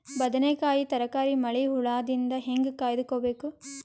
ಬದನೆಕಾಯಿ ತರಕಾರಿ ಮಳಿ ಹುಳಾದಿಂದ ಹೇಂಗ ಕಾಯ್ದುಕೊಬೇಕು?